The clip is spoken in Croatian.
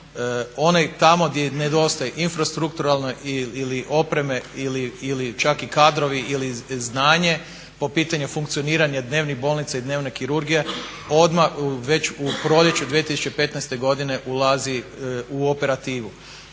onaj tamo gdje nedostaje infrastrukturalna ili opreme ili čak i kadrovi ili znanje po pitanju funkcioniranja dnevnih bolnica i dnevne kirurgije odmah već u proljeće 2015. godine ulazi u operativu.